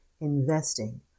investing